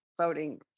voting